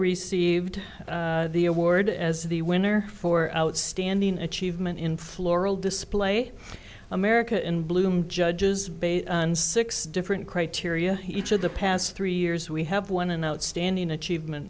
received the award as the winner for outstanding achievement in floral display america in bloom judges and six different criteria each of the past three years we have won an outstanding achievement